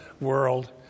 world